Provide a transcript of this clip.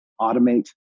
automate